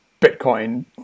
bitcoin